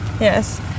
Yes